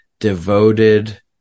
devoted